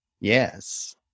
Yes